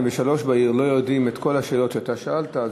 ושלוש בעיר לא יודעים את התשובות על כל השאלות שאתה שאלת.